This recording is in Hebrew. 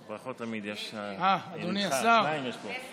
שניים יש פה.